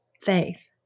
faith